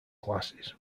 classes